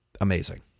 Amazing